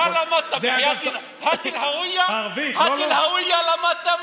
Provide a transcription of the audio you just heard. מה למדת, בחייאת דינכ, "האת אל-הווייה" למדת?